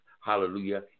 Hallelujah